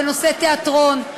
בנושא תיאטרון,